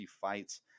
fights